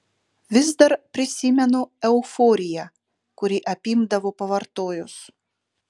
vis dar prisimenu euforiją kuri apimdavo pavartojus